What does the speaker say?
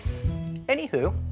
Anywho